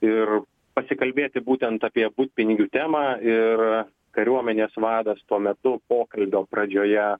ir pasikalbėti būtent apie butpinigių temą ir kariuomenės vadas tuo metu pokalbio pradžioje